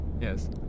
Yes